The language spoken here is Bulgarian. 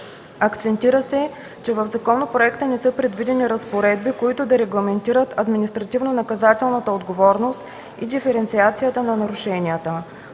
Акцентира се, че в законопроекта не са предвидени разпоредби, които да регламентират административнонаказателната отговорност и диференциацията на нарушенията.